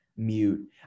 mute